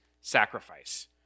sacrifice